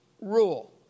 rule